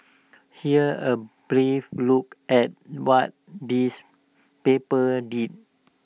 here's A brief look at what these papers did